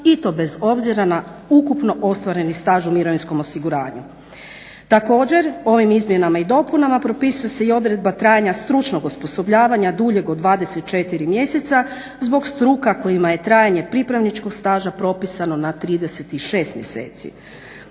i to bez obzira na ukupno ostvareni staž u mirovinskom osiguranju. Također, ovim izmjenama i dopunama propisuje se i odredba trajanja stručnog osposobljavanja duljeg od 24 mjeseca zbog struka kojima je trajanje pripravničkog staža propisano na 36 mjeseci.